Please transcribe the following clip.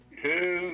two